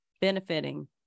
benefiting